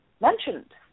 mentioned